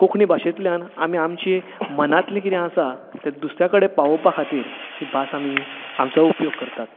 कोंकणी भाशेंतल्यान आमी आमची मनांतलें कितें आसा तें दुसऱ्या कडेन पावोवपा खातीर भास आमी आमचो उपयोग करतात